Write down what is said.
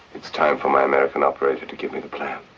it's time for my american operator to give me the plan.